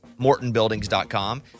MortonBuildings.com